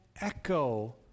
echo